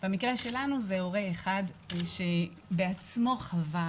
במקרה שלנו זה הורה אחד שבעצמו חווה